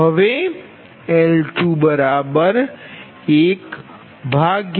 હવે L211 PLPg211